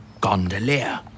gondolier